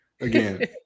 Again